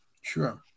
Sure